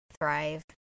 thrive